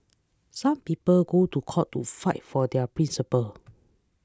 some people go to court to fight for their principles